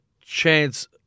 chance